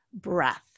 breath